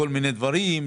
לכל מיני דברים.